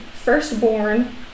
Firstborn